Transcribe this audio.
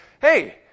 Hey